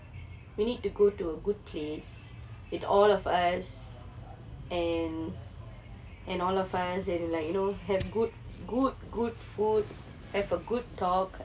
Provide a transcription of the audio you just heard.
we need to go to a good place with all of us and and all of us and like you know have good good good food have a good talk